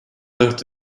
dört